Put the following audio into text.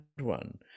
one